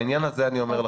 בעניין הזה אני אומר לך,